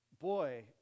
Boy